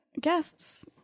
guests